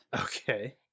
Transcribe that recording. Okay